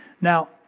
Now